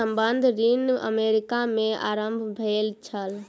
संबंद्ध ऋण अमेरिका में आरम्भ भेल छल